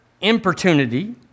importunity